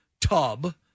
tub